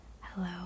hello